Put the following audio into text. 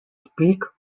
speak